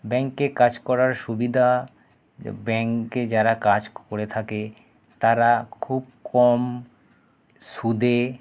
ব্যাঙ্কে কাজ করার সুবিধা ব্যাঙ্কে যারা কাজ করে থাকে তারা খুব কম সুদে